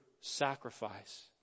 sacrifice